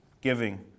giving